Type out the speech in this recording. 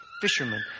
fishermen